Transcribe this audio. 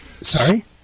Sorry